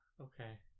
Okay